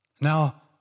Now